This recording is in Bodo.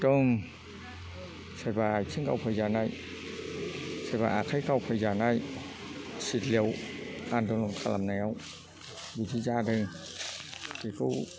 एकदम सोरबा आथिं गावफायजानाय सोरबा आखाइ गावफायजानाय सिडलिआव आन्द'लन खालामनायाव बिदि जादों बेखौ